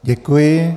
Děkuji.